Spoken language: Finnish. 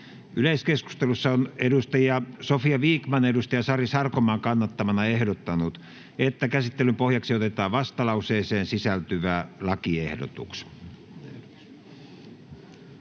Yleiskeskustelussa on Sofia Vikman Sari Sarkomaan kannattamana ehdottanut, että käsittelyn pohjaksi otetaan vastalauseeseen sisältyvä lakiehdotus.